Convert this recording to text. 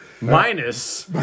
minus